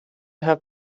have